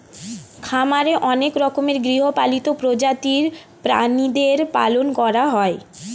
খামারে অনেক রকমের গৃহপালিত প্রজাতির প্রাণীদের পালন করা হয়